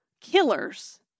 killers